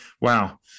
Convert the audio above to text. Wow